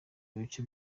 ibice